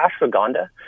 Ashwagandha